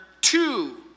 two